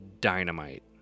dynamite